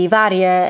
varie